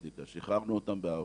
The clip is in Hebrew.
שיחררנו אותם בערבות.